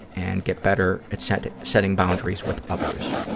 and get better at setting setting boundaries with others.